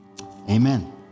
Amen